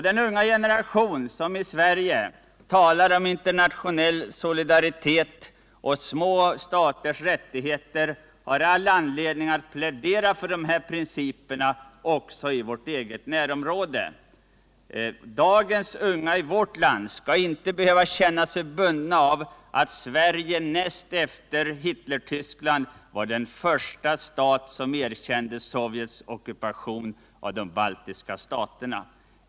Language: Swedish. Den unga generation som i Sverige nu talar om internationell solidaritet och små staters rättigheter har all anledning att plädera för dessa principer också i vårt närområde. Dagens unga i vårt land skall inte behöva känna sig bundna av att Sverige näst efter Hitlertyskland var den första stat som erkände Sovjets ockupation av de baltiska staterna.